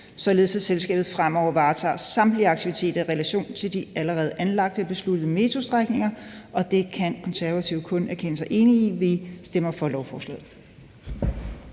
således at selskabet fremover varetager samtlige aktiviteter i relation til de allerede anlagte og besluttede metrostrækninger. Det kan Det Konservative Folkeparti kun erklære sig enig i. Vi stemmer for lovforslaget.